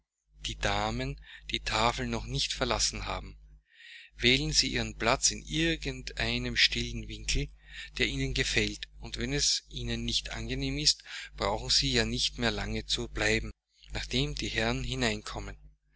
die damen die tafel noch nicht verlassen haben wählen sie ihren platz in irgend einem stillen winkel der ihnen gefällt und wenn es ihnen nicht angenehm ist brauchen sie ja nicht mehr lange zu bleiben nachdem die herren hineinkommen